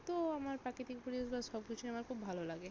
তো আমার প্রাকৃতিক পরিবেশগুলো সব কিছুই আমার খুব ভালো লাগে